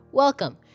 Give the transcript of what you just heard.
Welcome